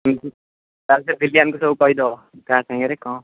ଭିଲିଆନ୍କୁ ସବୁ କହିଦେବ ତା ସାଙ୍ଗରେ କ'ଣ